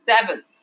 Seventh